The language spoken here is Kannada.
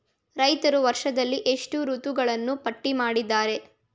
ರೈತರು ವರ್ಷದಲ್ಲಿ ಎಷ್ಟು ಋತುಗಳನ್ನು ಪಟ್ಟಿ ಮಾಡಿದ್ದಾರೆ?